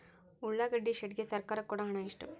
ಉಳ್ಳಾಗಡ್ಡಿ ಶೆಡ್ ಗೆ ಸರ್ಕಾರ ಕೊಡು ಹಣ ಎಷ್ಟು?